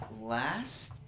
last